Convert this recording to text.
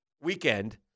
weekend